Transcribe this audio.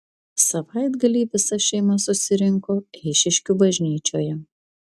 savaitgalį visa šeima susirinko eišiškių bažnyčioje